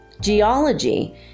Geology